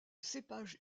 cépage